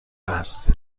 است